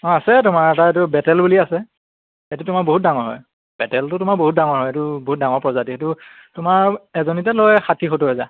অঁ আছে তোমাৰ এটা এইটো বেটেল বুলি আছে সেইটো তোমাৰ বহুত ডাঙৰ হয় বেটেলটো তোমাৰ বহুত ডাঙৰ হয় এইটো বহুত ডাঙৰ প্ৰজাতি সেইটো তোমাৰ এজনীতে লয় ষাঠি সত্ত হাজাৰ